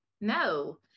No